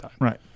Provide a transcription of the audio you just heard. Right